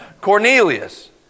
Cornelius